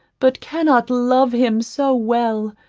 but cannot love him so well.